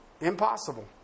Impossible